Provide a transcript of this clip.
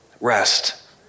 rest